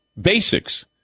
Basics